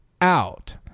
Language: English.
out